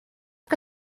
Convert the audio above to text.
que